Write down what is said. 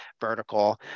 vertical